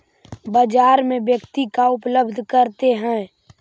बाजार में व्यक्ति का उपलब्ध करते हैं?